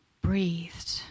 breathed